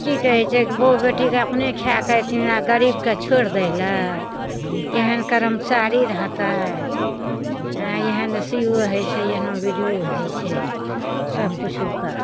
की कहय छै बहुओ बेटीके अपने खा कऽ अइठिना गरीबके छोड़ि दै लए एहन कर्मचारी रहतइ एहन सी ओ होइ छै एहनो बी डी ओ होइ छै सबकिछु कऽ